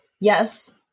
yes